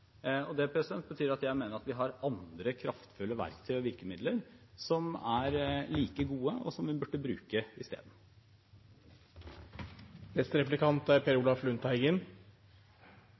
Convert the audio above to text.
betyr at jeg mener vi har andre kraftfulle verktøy og virkemidler som er like gode, og som vi burde bruke i stedet. Trygdemisbruk må bekjempes på mange måter. Det viktigste er